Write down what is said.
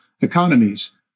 economies